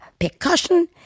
percussion